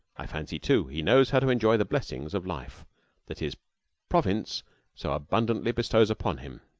i fancy, too, he knows how to enjoy the blessings of life that his province so abundantly bestows upon him.